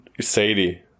Sadie